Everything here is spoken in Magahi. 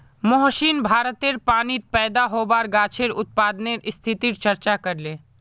मोहनीश भारतेर पानीत पैदा होबार गाछेर उत्पादनेर स्थितिर चर्चा करले